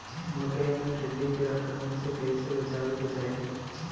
मकई मे टिड्डी के आक्रमण से कइसे बचावे के चाही?